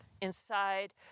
inside